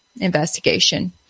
investigation